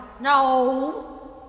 No